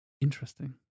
interesting